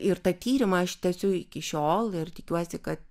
ir tą tyrimą aš tęsiu iki šiol ir tikiuosi kad